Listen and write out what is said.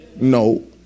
No